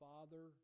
Father